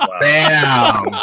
Bam